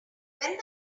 when